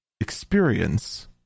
experience